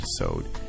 episode